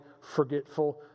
forgetful